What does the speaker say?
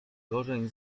korzeń